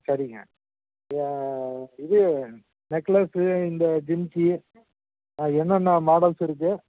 சரிங்க இது நெக்லஸ்ஸு இந்த ஜிமிக்கி என்னென்ன மாடல்ஸ் இருக்குது